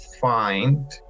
find